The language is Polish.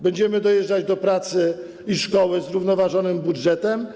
Będziemy dojeżdżać do pracy i szkoły zrównoważonym budżetem?